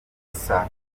saa